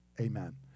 amen